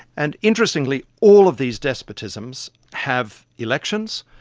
and interestingly all of these despotisms have elections,